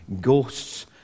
ghosts